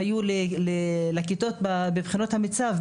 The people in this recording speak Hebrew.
בחינות המיצ"ב,